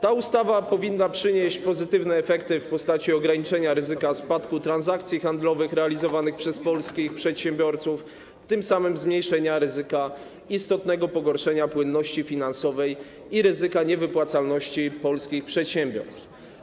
Ta ustawa powinna przynieść pozytywne efekty w postaci ograniczenia ryzyka spadku transakcji handlowych realizowanych przez polskich przedsiębiorców, tym samym zmniejszenia ryzyka istotnego pogorszenia płynności finansowej i ryzyka niewypłacalności polskich przedsiębiorstw.